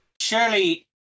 Surely